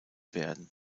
werden